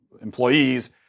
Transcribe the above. employees